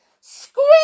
scream